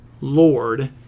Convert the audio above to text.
Lord